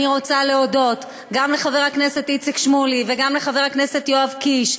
אני רוצה להודות גם לחבר הכנסת איציק שמולי וגם לחבר הכנסת יואב קיש,